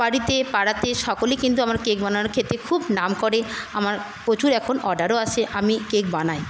বাড়িতে পাড়াতে সকলে কিন্তু আমার কেক বানানো খেতে খুব নাম করে আমার প্রছুর এখন অর্ডারও আসে আমি কেক বানাই